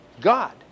God